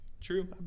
True